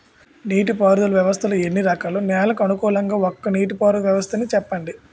నీటి పారుదల వ్యవస్థలు ఎన్ని రకాలు? నెలకు అనుగుణంగా ఒక్కో నీటిపారుదల వ్వస్థ నీ చెప్పండి?